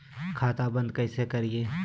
खाता बंद कैसे करिए?